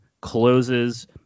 closes